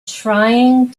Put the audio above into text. trying